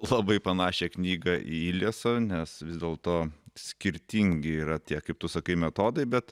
labai panašią knygą į ileso nes vis dėlto skirtingi yra tie kaip tu sakai metodai bet